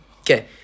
Okay